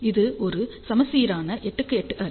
இது ஒரு சமச்சீரான 8 x 8 அரே